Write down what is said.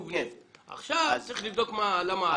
עכשיו צריך לבדוק למה העלייה.